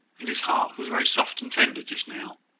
and his heart was very soft and tender just now.